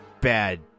bad